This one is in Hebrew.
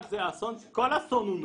כל אסון הוא נורא.